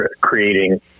creating